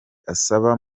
asaba